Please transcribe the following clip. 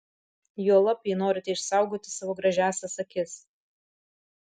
juolab jei norite išsaugoti savo gražiąsias akis